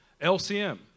LCM